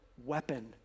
weapon